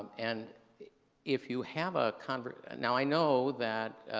um and if you have a kind of now i know that,